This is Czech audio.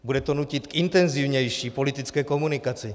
Bude to nutit k intenzivnější politické komunikaci.